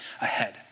ahead